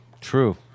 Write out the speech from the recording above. True